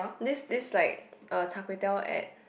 this this like uh char-kway-teow at